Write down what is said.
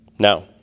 Now